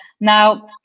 Now